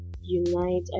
unite